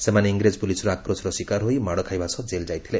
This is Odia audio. ସେମାନେ ଇଂରେଜ ପୁଲିସ୍ର ଆକ୍ରୋଶର ଶିକାର ହୋଇ ମାଡି ଖାଇବା ସହ ଜେଲ ଯାଇଥିଲେ